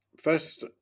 first